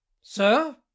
Sir